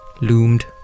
loomed